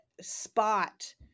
spot